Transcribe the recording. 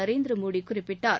நரேந்திர மோடி குறிப்பிட்டார்